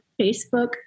Facebook